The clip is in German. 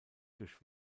durch